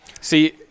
See